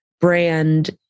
brand